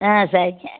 ஆ சரிங்க